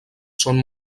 són